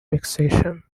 vexation